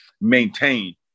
maintain